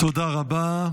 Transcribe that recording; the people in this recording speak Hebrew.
תודה רבה.